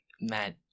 mad